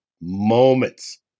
moments